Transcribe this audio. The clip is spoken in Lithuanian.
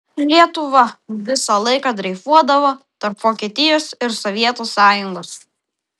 lietuva visą laiką dreifuodavo tarp vokietijos ir sovietų sąjungos